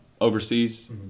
overseas